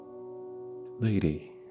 Lady